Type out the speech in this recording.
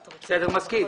הוא מסכים.